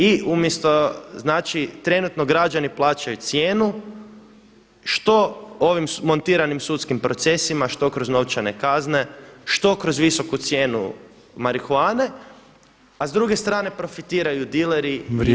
I umjesto znači trenutno građani plaćaju cijenu što ovim montiranim sudskim procesima, što kroz novčane kazne, što kroz visoku cijenu marihuane, a s druge strane profitiraju dileri.